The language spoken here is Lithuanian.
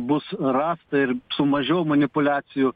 bus rasta ir su mažiau manipuliacijų